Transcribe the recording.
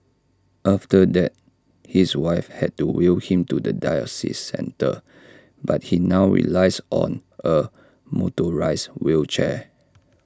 after that his wife had to wheel him to the dialysis centre but he now relies on A motorised wheelchair